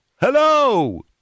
Hello